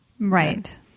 Right